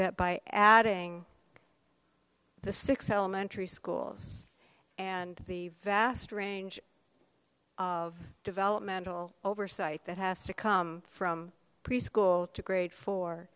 that by adding the six elementary schools and the vast range of developmental oversight that has to come from preschool to grade fo